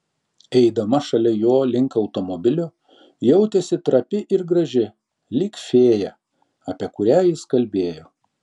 eidama šalia jo link automobilio jautėsi trapi ir graži lyg fėja apie kurią jis kalbėjo